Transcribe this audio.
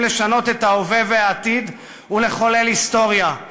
לשנות את ההווה והעתיד ולחולל היסטוריה.